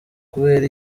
kubera